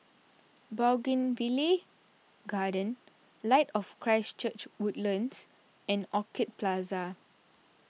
Bougainvillea Garden Light of Christ Church Woodlands and Orchid Plaza